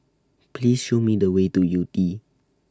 Please Show Me The Way to Yew Tee